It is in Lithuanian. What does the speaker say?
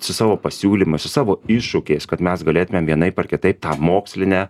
su savo pasiūlymais su savo iššūkiais kad mes galėtumėm vienaip ar kitaip tą mokslinę